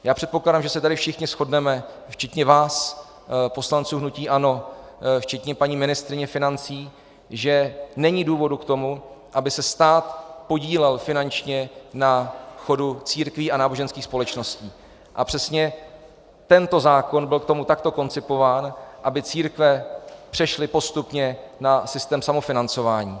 Já předpokládám, že se tady všichni shodneme, včetně vás poslanců hnutí ANO, včetně paní ministryně financí, že není důvodu k tomu, aby se stát podílel finančně na chodu církví a náboženských společností, a přesně tento zákon byl k tomu takto koncipován, aby církve přešly postupně na systém samofinancování.